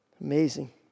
Amazing